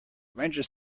ranges